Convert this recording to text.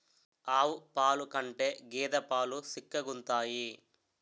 ఆవు పాలు కంటే గేద పాలు సిక్కగుంతాయి